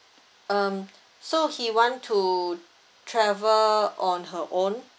um so he want to travel on her own